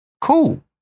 cool